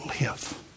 live